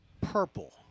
Purple